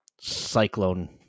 cyclone